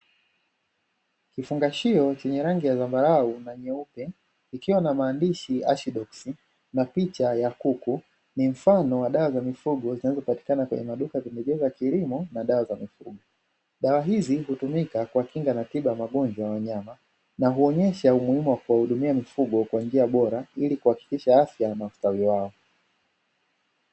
Kifungashio chenye rangi ya zambarau na nyeupe ikiwa na maandishi "ashidoksi" na picha ya kuku, ni mfano wa dawa za mifugo zinazopatikana kwenye maduka ya pembejeo za kilimo na dawa za mifugo; dawa hizi hutumika kwa kinga na tiba ya magonjwa wanyama na huonyesha umuhimu wa kuwahudumia mifugo kwa njia bora ili kuhakikisha afya na ustawi wao.